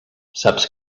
saps